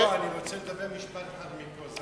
לא, אני רוצה להגיד משפט אחד מפה.